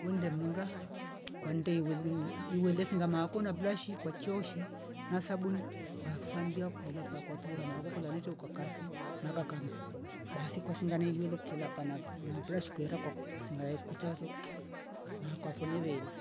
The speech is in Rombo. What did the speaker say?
Wende mninga kwande welii iing iwelesi ngama ko na brashi kwa choshi na sabauni kwa sambia kwila pakwatula na wongoko lalite ukaksi mabakama basi kwasinga na uyolo kelapa na brashi kwera kwa kuu singayo kuchazo makwa fenovela